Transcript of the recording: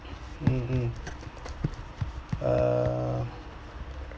mm mm err